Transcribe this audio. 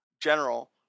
general